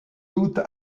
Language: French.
doute